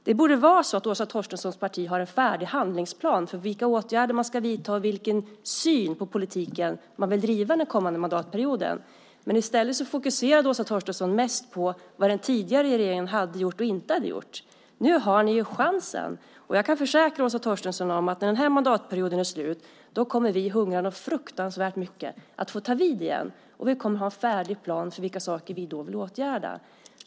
Då borde Åsa Torstenssons parti ha en färdig handlingsplan för vilka åtgärder man vill vidta och vilken politik man vill driva under den kommande mandatperioden. I stället fokuserade Åsa Torstensson i sitt inlägg mest på vad den tidigare regeringen hade gjort eller inte. Nu har ni ju chansen! Jag kan försäkra Åsa Torstensson om att vi när den här mandatperioden är slut kommer att hungra efter att få ta vid igen. Vi kommer att ha en färdig plan för vad vi då vill åtgärda.